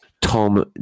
tom